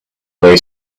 lay